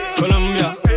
Colombia